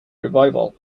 revival